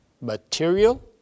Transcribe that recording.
material